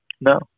No